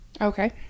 Okay